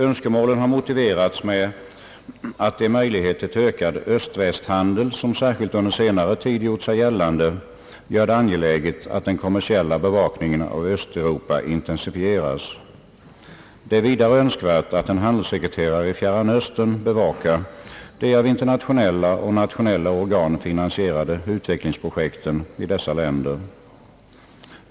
önskemålen har bl.a. motiverats med att de möjligheter till ökad öst-västhandel, som särskilt under senare tid yppat sig, gör det angeläget att den kommersiella bevakningen av öÖsteuropa intensifieras. Det är vidare önskvärt att en handelssekreterare i Fjärran Östern bevakar de av internationella och nationella organ finansierade utvecklingsprojekten i dessa länder.